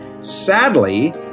Sadly